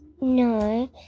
No